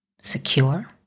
secure